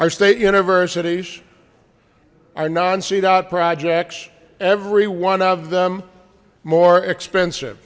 our state universities are non cdot projects every one of them more expensive